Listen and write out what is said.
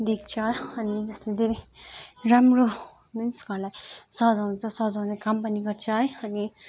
देख्छ अनि जसले धेरै राम्रो मिन्स घरलाई सजाउँछ सजाउने काम पनि गर्छ है अनि